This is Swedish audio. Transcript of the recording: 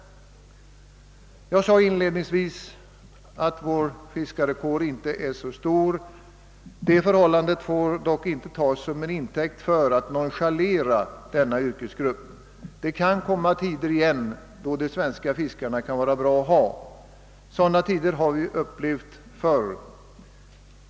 Jag sade inledningsvis att vår fiskarkår inte är så stor. Det förhållandet får dock inte tas till intäkt för att nonchalera denna yrkesgrupp. Dei kan komma tider igen då de svenska fiskarna är bra att ha. Sådana tider har vi ju upplevt förr.